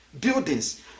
Buildings